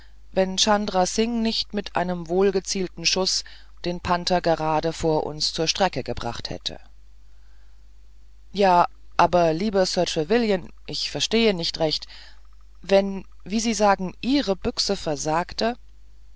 wenn chandra singh nicht mit einem wohlgezielten schuß den panther gerade vor uns zur strecke gebracht hätte ja aber lieber sir trevelyan ich verstehe nicht recht wenn wie sie sagen ihre büchse versagte